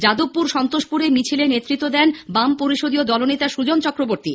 যাদবপুর সন্তোষপুরে মিছিলের নেতৃত্ব দেন বাম পরিষদীয় দলনেতা সুজন চক্রবর্তী